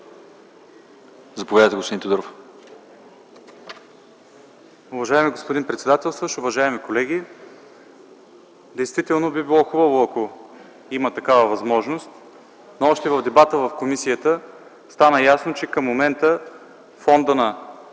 Заповядайте, господин Тодоров.